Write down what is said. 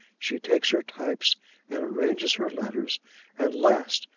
she takes her types and arranges her letters and last,